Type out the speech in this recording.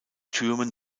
türmen